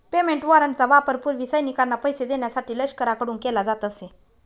payment वॉरंटचा वापर पूर्वी सैनिकांना पैसे देण्यासाठी लष्कराकडून केला जात असे